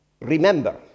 Remember